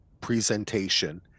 presentation